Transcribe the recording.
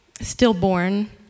Stillborn